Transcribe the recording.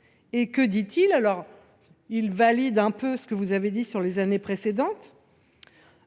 à la fin d’octobre, valide ce que vous avez dit sur les années précédentes,